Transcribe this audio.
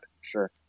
Sure